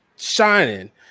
shining